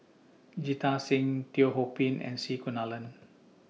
Jita Singh Teo Ho Pin and C Kunalan